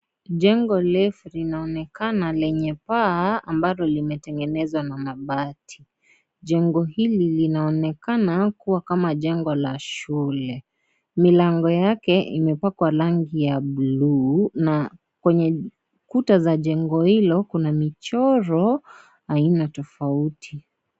Jengo refu linaonekana lenye paa ambalo limetengenezwa na mabati. Jengo hili linaonekana kuwa kama jengo la shule. Milango yake imepakwa rangi ya blue na kwenye Kuta za jengo hilo kuna michoro aina tofauti.